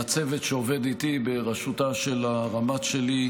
לצוות שעובד איתי בראשותה של הרמ"ט שי,